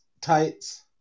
tights